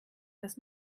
dass